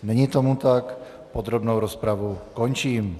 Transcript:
Není tomu tak, podrobnou rozpravu končím.